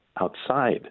outside